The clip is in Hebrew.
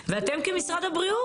ואני הגעתי בחורף לבקר.